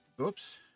oops